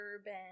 Urban